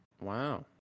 wow